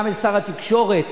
גם שר הרווחה והתקשורת,